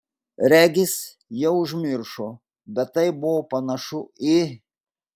regis jie užmiršo bet tai buvo panašu į